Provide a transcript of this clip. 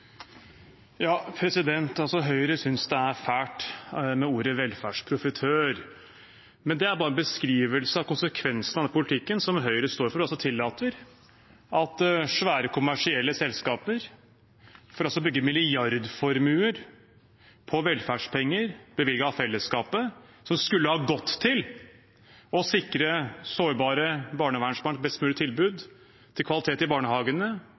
Men det er bare en beskrivelse av konsekvensen av den politikken Høyre står for og tillater: at svære kommersielle selskaper får bygge milliardformuer på velferdspenger bevilget av fellesskapet, og at penger som skulle ha gått til å sikre sårbare barnevernsbarn et best mulig tilbud, til kvalitet i barnehagene